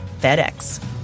FedEx